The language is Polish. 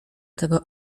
tego